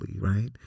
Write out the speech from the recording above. right